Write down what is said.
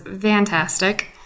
fantastic